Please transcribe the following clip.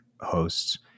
hosts